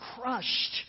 crushed